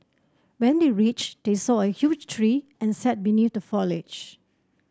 when they reached they saw a huge tree and sat beneath the foliage